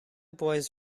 boys